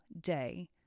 day